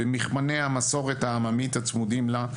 במכמני המסורת העממית הצמודים לה,